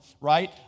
right